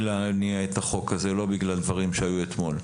להניע את החוק הזה לא בגלל דברים שהיו אתמול,